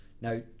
Now